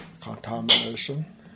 contamination